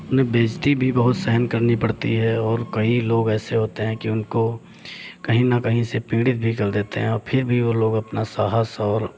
उन्हें बेइज़्ज़ती भी बहुत सहन करनी पड़ती है और कई लोग ऐसे होते हैं कि उनको कहीं ना कहीं से पीड़ित भी कर देते हैं और फिर भी वो लोग अपना साहस और